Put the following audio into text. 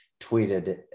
tweeted